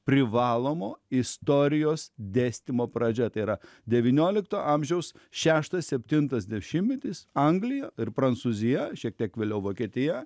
privalomo istorijos dėstymo pradžia tai yra devyniolikto amžiaus šeštas septintas dešimtmetis anglija ir prancūzija šiek tiek vėliau vokietija